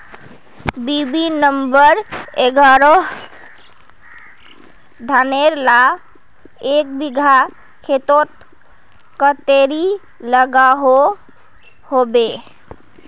BB number एगारोह धानेर ला एक बिगहा खेतोत कतेरी लागोहो होबे?